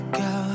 go